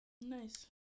Nice